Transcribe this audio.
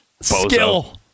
Skill